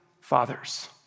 fathers